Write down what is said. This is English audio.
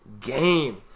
game